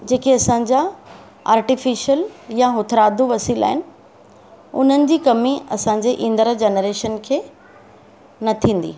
जेके असांजा आर्टिफिशिल या हथरादो वसीला आहिनि उन्हनि जी कमी असांजे ईंदड़ु जनरेशन खे न थींदी